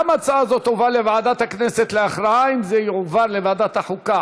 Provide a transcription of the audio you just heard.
גם הצעה זו תובא לוועדת הכנסת להכרעה אם היא תועבר לוועדת החוקה,